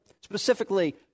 specifically